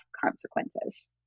consequences